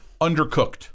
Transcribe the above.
undercooked